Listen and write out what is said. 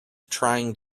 trying